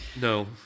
no